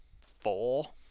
four